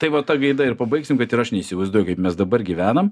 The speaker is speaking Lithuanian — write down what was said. tai va ta gaida ir pabaigsim kad ir aš neįsivaizduoju kaip mes dabar gyvenam